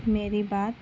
میری بات